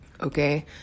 okay